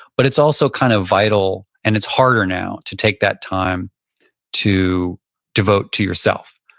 but it's also kind of vital and it's harder now to take that time to devote to yourself,